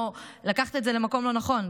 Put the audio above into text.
לקחת את זה למקום לא נכון.